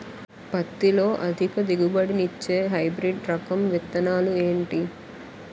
పత్తి లో అధిక దిగుబడి నిచ్చే హైబ్రిడ్ రకం విత్తనాలు ఏంటి